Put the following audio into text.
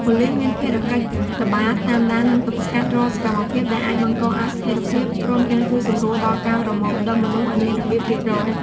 ប៉ូលិសមានភារកិច្ចល្បាត តាមដាន និងទប់ស្កាត់រាល់សកម្មភាពដែលអាចបង្កអស្ថេរភាព ព្រមទាំងជួយសម្រួលដល់ការប្រមូលផ្ដុំមនុស្សឱ្យមានរបៀបរៀបរយ។